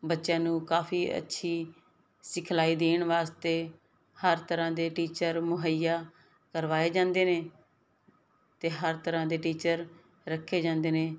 ਬੱਚਿਆਂ ਨੂੰ ਕਾਫੀ ਅੱਛੀ ਸਿਖਲਾਈ ਦੇਣ ਵਾਸਤੇ ਹਰ ਤਰ੍ਹਾਂ ਦੇ ਟੀਚਰ ਮੁਹਈਆ ਕਰਵਾਏ ਜਾਂਦੇ ਨੇ ਤੇ ਹਰ ਤਰ੍ਹਾਂ ਦੇ ਟੀਚਰ ਰੱਖੇ ਜਾਂਦੇ ਨੇ